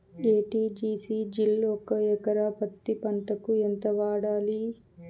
ఎ.టి.జి.సి జిల్ ఒక ఎకరా పత్తి పంటకు ఎంత వాడాలి?